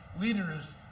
leaders